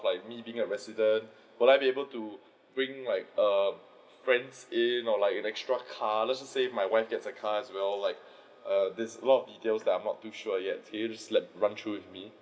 like me being a resident will I be able to bring like err friends in like an extra car let's just say my wife gets a car as well like err this is a lot of details l'm not too sure yet can you just like run through it with me